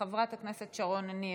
חברת הכנסת שרון ניר,